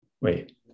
wait